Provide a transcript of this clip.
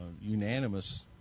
Unanimous